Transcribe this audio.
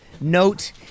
note